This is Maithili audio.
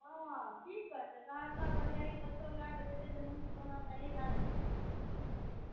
हॅं की करतै तऽ सहरसा बरियाही कतहुँ लय कऽ जेतै जे मनुष्य कहुना सही भय जेतै